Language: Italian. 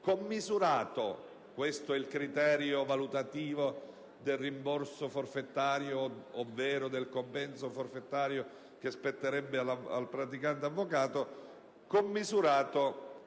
«commisurato» - questo è il criterio valutativo del rimborso forfetario ovvero del compenso forfetario che spetterebbe al praticante avvocato